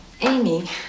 Amy